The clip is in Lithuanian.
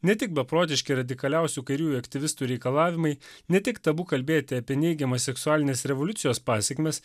ne tik beprotiški radikaliausių kairiųjų aktyvistų reikalavimai ne tik tabu kalbėti apie neigiamas seksualinės revoliucijos pasekmes